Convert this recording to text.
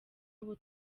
abo